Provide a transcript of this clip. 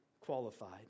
qualified